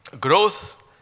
growth